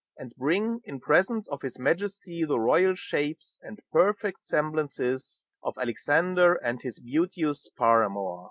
and bring in presence of his majesty the royal shapes and perfect semblances of alexander and his beauteous paramour.